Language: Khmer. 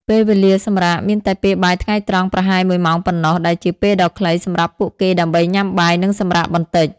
ពេលវេលាសម្រាកមានតែពេលបាយថ្ងៃត្រង់ប្រហែលមួយម៉ោងប៉ុណ្ណោះ ដែលជាពេលដ៏ខ្លីសម្រាប់ពួកគេដើម្បីញ៉ាំបាយ និងសម្រាកបន្តិច។